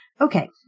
Okay